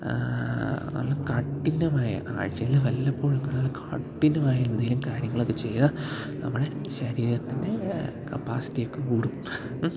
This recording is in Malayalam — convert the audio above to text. നല്ല കഠിനമായ ആഴ്ചയിൽ വല്ലപ്പോഴും ഒക്കെ ഒരാൾ കഠിനമായ എന്തെങ്കിലും കാര്യങ്ങളൊക്കെ ചെയ്യുക നമ്മുടെ ശരീരത്തിന്റെ കപ്പാസിറ്റിയൊക്കെ കൂടും